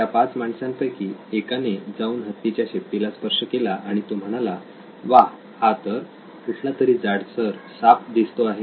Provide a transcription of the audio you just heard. त्या पाच माणसांपैकी एकाने जाऊन हत्तीच्या शेपटीला स्पर्श केला आणि तो म्हणाला वा हा तर कुठलातरी जाडसर साप दिसतो आहे